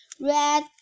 Red